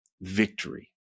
victory